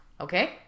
Okay